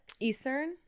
eastern